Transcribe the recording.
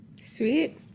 Sweet